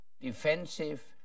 defensive